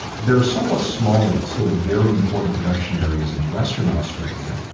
there are somewhat smaller but still very important production areas in western australia,